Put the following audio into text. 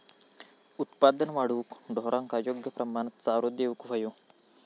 उत्पादन वाढवूक ढोरांका योग्य प्रमाणात चारो देऊक व्हयो